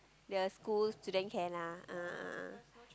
the school student care lah ah